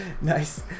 Nice